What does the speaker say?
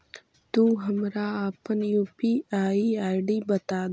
तु हमरा अपन यू.पी.आई आई.डी बतादे